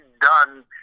done